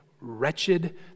wretched